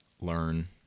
learn